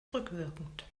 rückwirkend